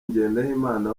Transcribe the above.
ngendahimana